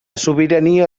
sobirania